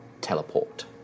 Teleport